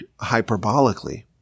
hyperbolically